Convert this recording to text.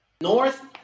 North